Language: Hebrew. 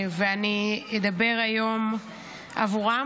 אני אדבר היום עבורם,